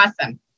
Awesome